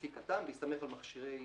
לפי כט"מ, בהסתמך על מכשירי